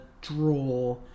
draw